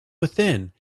within